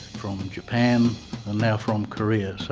from japan, and now from korea. so